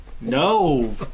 No